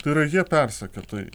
tai yra jie persekiotojai